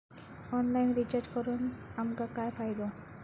Online recharge करून आमका काय फायदो?